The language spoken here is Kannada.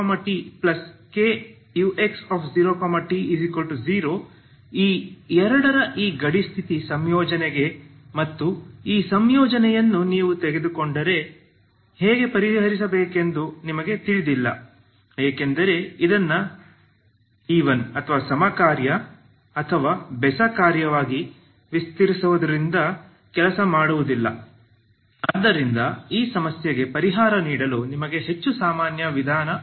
ux0t0 ಈ ಎರಡರ ಈ ಗಡಿ ಸ್ಥಿತಿ ಸಂಯೋಜನೆಗೆ ಮತ್ತು ಈ ಸಂಯೋಜನೆಯನ್ನು ನೀವು ತೆಗೆದುಕೊಂಡರೆ ಹೇಗೆ ಪರಿಹರಿಸಬೇಕೆಂದು ನಿಮಗೆ ತಿಳಿದಿಲ್ಲ ಏಕೆಂದರೆ ಇದನ್ನು ಸಮ ಕಾರ್ಯ ಅಥವಾ ಬೆಸ ಕಾರ್ಯವಾಗಿ ವಿಸ್ತರಿಸುವುದರಿಂದ ಕೆಲಸ ಮಾಡುವುದಿಲ್ಲ ಆದ್ದರಿಂದ ಈ ಸಮಸ್ಯೆಗೆ ಪರಿಹಾರ ನೀಡಲು ನಿಮಗೆ ಹೆಚ್ಚು ಸಾಮಾನ್ಯ ವಿಧಾನದ ಅಗತ್ಯವಿದೆ